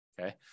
Okay